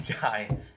guy